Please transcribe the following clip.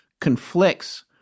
conflicts